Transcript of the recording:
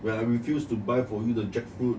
when I refused to buy for you the jackfruit